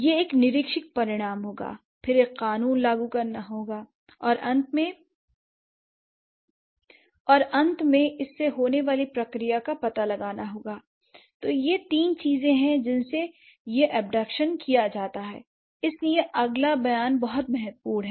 यह एक निरीक्षक परिणाम होगा फिर एक कानून लागू करना होगा और अंत में इससे होने वाली प्रतिक्रिया का पता लगाना होगा l तो ये तीन चीजें हैं जिन से यह इबडक्शन किया जाता है इसीलिए अगला बयान बहुत महत्वपूर्ण है